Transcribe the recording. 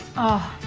oh,